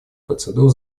процедур